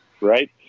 right